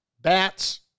bats